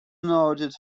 noted